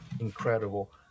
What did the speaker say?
incredible